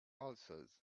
ulcers